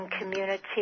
community